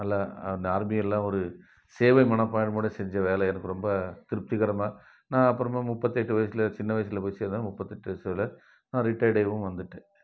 நல்லா அந்த ஆர்மியெல்லாம் ஒரு சேவை மனப்பான்மையோடு செஞ்சேன் வேலை எனக்கு ரொம்ப திருப்திகரமாக நான் அப்புறமா முப்பத்தெட்டு வயசில் சின்ன வயசில் போய் சேர்ந்தேன் முப்பத்தெட்டு வயசில் நான் ரிட்டயர்ட் ஆகியும் வந்துவிட்டேன்